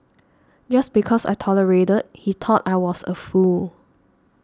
just because I tolerated he thought I was a fool